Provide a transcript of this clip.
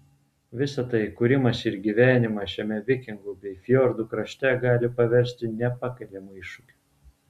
visa tai kūrimąsi ir gyvenimą šiame vikingų bei fjordų krašte gali paversti nepakeliamu iššūkiu